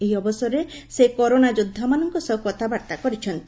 ଏହି ଅବସରରେ ସେ କରୋନା ଯୋଦ୍ଧାମାନଙ୍କ ସହ କଥାବାର୍ତ୍ତା କରିଛନ୍ତି